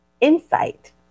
insight